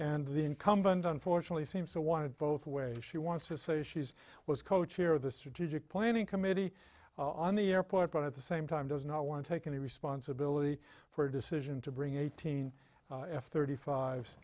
and the incumbent on fortunately seems to want to both ways she wants to say she's was co chair of the strategic planning committee on the airport but at the same time does not want to take any responsibility for a decision to bring eight hundred thirty